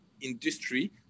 industry